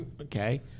Okay